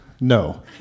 No